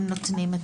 הם נותנים.